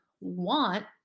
want